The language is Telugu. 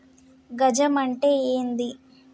గజం అంటే ఏంది?